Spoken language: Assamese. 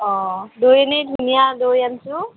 অ দৈ ইনে ধুনীয়া দৈ আনিছোঁ